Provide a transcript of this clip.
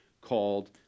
called